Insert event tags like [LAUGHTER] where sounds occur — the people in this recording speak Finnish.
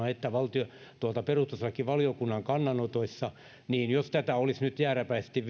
[UNINTELLIGIBLE] että perustuslakivaliokunnan kannanotoissa niin jos tätä olisi nyt jääräpäisesti [UNINTELLIGIBLE]